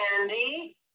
Andy